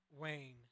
Wayne